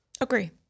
Agree